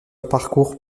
parcours